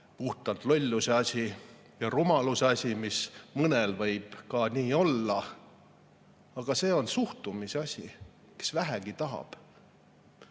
puhtalt lolluse asi ja rumaluse asi, mis mõnel võib ka nii olla, aga [üldiselt] see on suhtumise asi. Kes vähegi tahab,